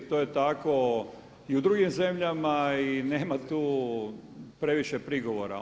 To je tako i u drugim zemljama i nema tu previše prigovora.